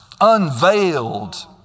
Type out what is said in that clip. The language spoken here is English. unveiled